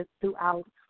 throughout